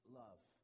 love